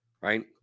Right